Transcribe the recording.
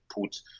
put